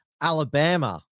Alabama